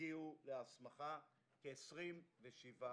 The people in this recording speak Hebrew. הגיעו להסמכה כ-27,000.